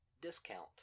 discount